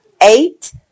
Eight